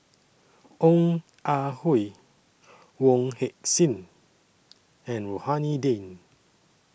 Ong Ah Hoi Wong Heck Sing and Rohani Din